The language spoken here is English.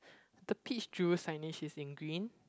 the peach juice signage is in green